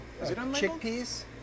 chickpeas